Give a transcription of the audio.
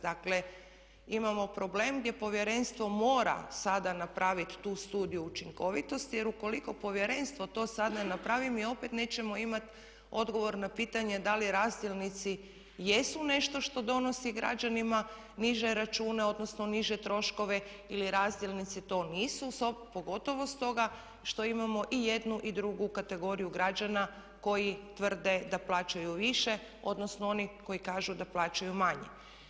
Dakle, imamo problem gdje povjerenstvo mora sada napraviti tu studiju učinkovitosti, jer ukoliko povjerenstvo to sad ne napravi mi opet nećemo imati odgovor na pitanje da li razdjelnici jesu nešto što donosi građanima niže račune, odnosno niže troškove ili razdjelnici to nisu pogotovo stoga što imamo i jednu i drugu kategoriju građana koji tvrde da plaćaju više, odnosno oni koji kažu da plaćaju manje.